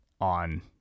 on